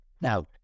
Now